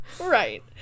Right